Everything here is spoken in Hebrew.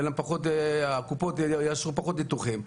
הקופות יאשרו פחות ניתוחים,